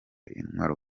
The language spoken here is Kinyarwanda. intwaro